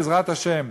בעזרת השם,